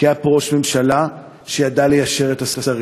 כי היה פה ראש ממשלה שידע ליישר את השרים.